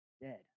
dead